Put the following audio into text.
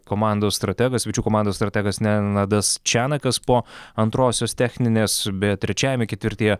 komandos strategas svečių komandos strategas nenadas čenakas po antrosios techninės bet trečiajame ketvirtyje